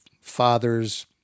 fathers